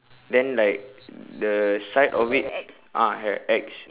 then like the side of it ah have X